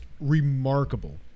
remarkable